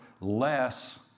less